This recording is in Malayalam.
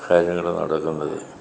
കാര്യങ്ങൾ നടക്കുന്നത്